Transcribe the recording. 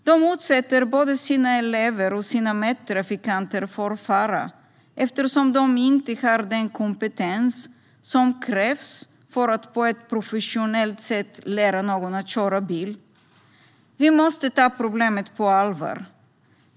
De utsätter både sina elever och sina medtrafikanter för fara, eftersom de inte har den kompetens som krävs för att på ett professionellt sätt lära någon att köra bil. Vi måste ta problemet på allvar.